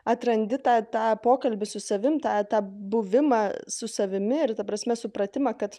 atrandi tą tą pokalbį su savimi tą tą buvimą su savimi ir ta prasme supratimą kad